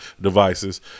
devices